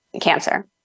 cancer